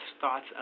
thoughts